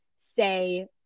say